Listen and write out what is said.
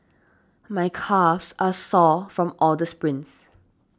my calves are sore from all the sprints